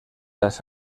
las